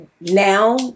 now